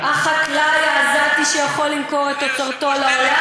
אבל מי החקלאי העזתי שיכול למכור את תוצרתו לעולם,